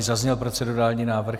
Zazněl procedurální návrh?